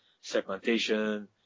segmentation